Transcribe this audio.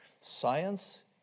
Science